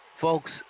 Folks